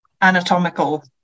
anatomical